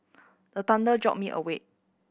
the thunder jolt me awake